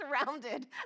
surrounded